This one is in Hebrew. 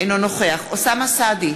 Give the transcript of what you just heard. אינו נוכח אוסאמה סעדי,